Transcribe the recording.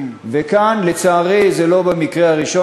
וכאן, לצערי, זה לא המקרה הראשון.